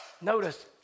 Notice